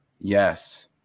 Yes